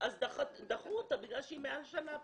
אז דחו אותה בגלל שהיא מעל שנה פה.